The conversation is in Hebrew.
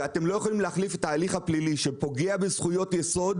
ואתם לא יכולים להחליף את ההליך הפלילי שפוגע בזכויות יסוד,